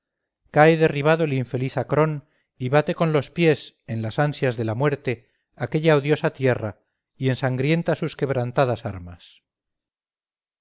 cae derribado el infeliz acrón y bate con los pies en las ansias de la muerte aquella odiosa tierra y ensangrienta sus quebrantadas armas